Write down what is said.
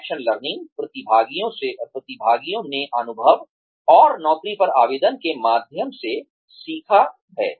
action learning प्रतिभागियों ने अनुभव और नौकरी पर आवेदन के माध्यम से सीखा है